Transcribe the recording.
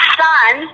son